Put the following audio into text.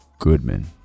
goodman